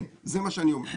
זה מה שאני אומר.